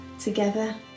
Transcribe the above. together